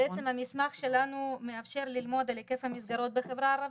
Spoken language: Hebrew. אז בעצם המסמך שלנו מאפשר ללמוד על היקף המסגרות בחברה הערבית,